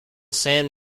san